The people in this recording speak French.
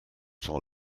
sont